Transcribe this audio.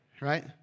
Right